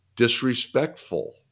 Disrespectful